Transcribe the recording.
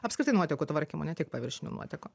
apskritai nuotekų tvarkymu ne tik paviršinių nuotekų